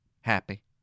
happy